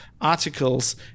articles